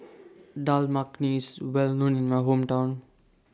Dal Makhani Well known in My Hometown